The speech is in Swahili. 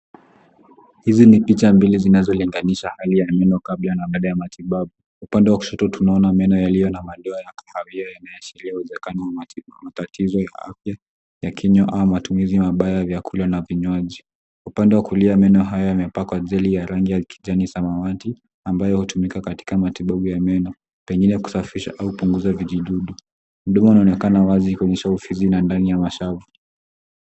Hizi ni picha mbili zinazolinganisha hali ya meno kabla na baadae ya matibabu. Upande wa kushoto tunaona meno yaliyo na madoa ya kahawia yanayoashiria uwezekano wa matatizo ya afya ya kinywa au matumizi mabaya ya vyakula na vinywaji. Upande wa kulia meno haya yamepakwa jeli ya rangi ya kijani samawati ambayo hutumika katika matibabu ya meno, pengine kusafisha au kupunguza vijidudu. Mdomo unaonekana wazi ukionyesha ufizi na ndani ya mashavu.